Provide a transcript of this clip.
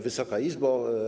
Wysoka Izbo!